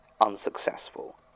unsuccessful